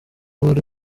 wari